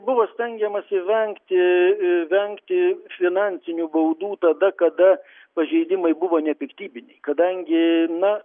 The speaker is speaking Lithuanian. buvo stengiamasi vengti e vengti finansinių baudų tada kada pažeidimai buvo nepiktybiniai kadangi na